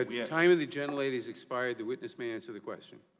like the time of the general lady is expired, the witness may answer the question.